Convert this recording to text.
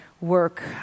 work